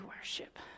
worship